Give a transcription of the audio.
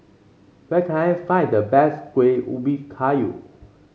where can I find the best Kueh Ubi Kayu